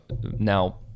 now